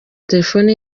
telefoni